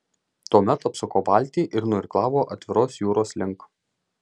tuomet apsuko valtį ir nuirklavo atviros jūros link